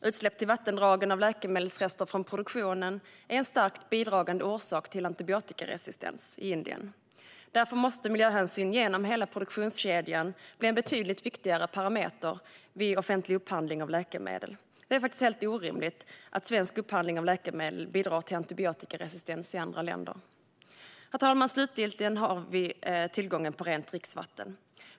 Utsläpp till vattendragen av läkemedelsrester från produktionen är en starkt bidragande orsak till antibiotikaresistens i Indien. Därför måste miljöhänsyn genom hela produktionskedjan bli en betydligt viktigare parameter vid offentlig upphandling av läkemedel. Det är helt orimligt att svensk upphandling av läkemedel bidrar till antibiotikaresistens i andra länder. Herr talman! Slutligen vill jag säga något om tillgången på rent dricksvatten.